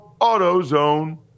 AutoZone